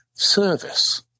Service